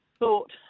thought